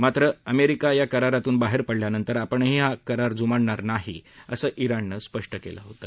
मात्र अमेरिका या करारातून बाहेर पडल्यानंतर आपणही हा करार जुमानणार नाही असं आणनं स्पष्ट केलं होतं